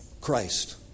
Christ